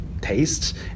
taste